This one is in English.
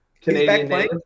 Canadian